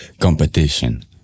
competition